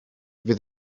fydd